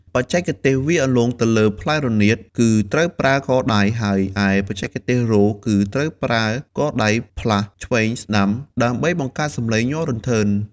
បច្ចេកទេសវាយអន្លូងទៅលើផ្លែរនាតគឺត្រូវប្រើកដៃ ហើយឯបច្ចេកទេសរោទ៍ គឺត្រូវប្រើកដៃផ្លាស់ឆ្វេងស្តាំដើម្បីបង្កើតសំឡេងញ័ររន្ថើន។